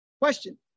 Question